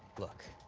look,